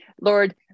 Lord